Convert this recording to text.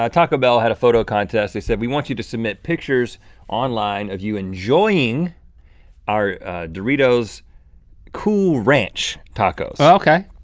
ah taco bell had a photo contest. they said, we want you to submit pictures online of you enjoying our doritos cool ranch tacos. okay.